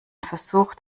versucht